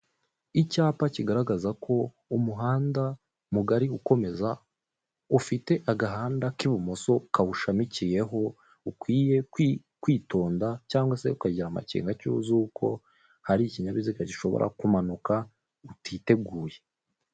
Icyapa kigaragaza ko umuhanda mugari ukomeza ufite agahanda k'ibumoso kawushamikiyeho ukwiye kwitonda cyangwa se ukagira amakenga z'uko hari ikinyabiaiga gishobora kumanukiraho utiteguye.